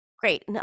Great